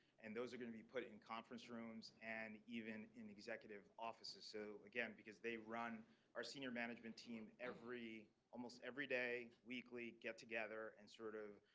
and those are going to be put in conference rooms and even in executive offices. so, again, because they run our senior management team every, almost every day weekly get together and sort of,